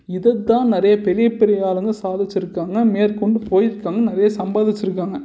இதை தான் நிறையா பெரிய பெரிய ஆளுங்கள் சாதிச்சுருக்காங்க மேற்கொண்டு போயிருக்காங்க நிறையா சம்பாதிச்சுருக்காங்க